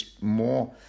more